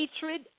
hatred